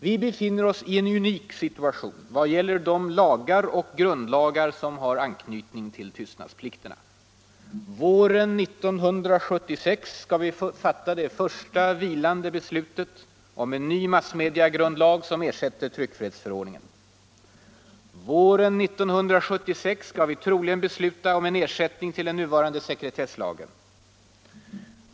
Vi befinner oss i en unik situation i vad gäller de lagar och grundlagar som har anknytning till tystnadsplikterna. Våren 1976 skall vi fatta det första, vilande beslutet om en ny massmediagrundlag som ersätter tryckfrihetsförordningen. Våren 1976 skall vi troligen besluta om en ersättning för den nuvarande sekretesslagen.